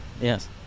Yes